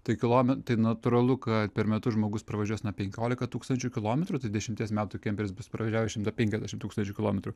tai kilo tai natūralu kad per metus žmogus pravažiuos na penkiolika tūkstančių kilometrų tai dešimties metų kemperis bus pravažiavęs šimtą penkiasdešimt tūkstančių kilometrų